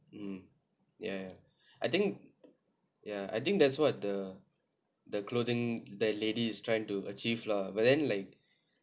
mm yeah I think yeah I think that's what the the clothing the lady is trying to achieve lah but then like